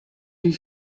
you